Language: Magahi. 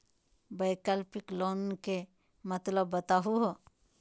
वैकल्पिक लोन के मतलब बताहु हो?